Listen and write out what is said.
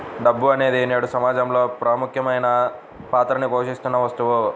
డబ్బు అనేది నేడు సమాజంలో ప్రముఖమైన పాత్రని పోషిత్తున్న వస్తువు